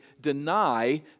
deny